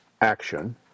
action